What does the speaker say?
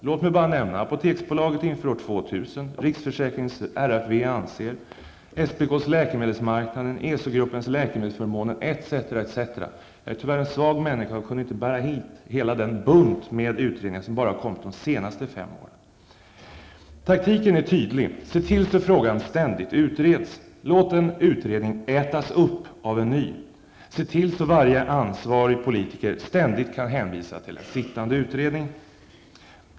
Låt mig bara nämna Läkemedelsförmånen, etc., etc. Jag är tyvärr en svag människa och kunde inte bära hit hela den bunt med utredningar som kommit bara de senaste fem åren. Taktiken är tydlig: Se till att frågan ständigt utreds. Låt en utredning ''ätas upp'' av en ny. Se till att varje ansvarig politiker ständigt kan hänvisa till en sittande utredning.